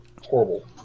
Horrible